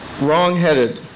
wrong-headed